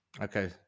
Okay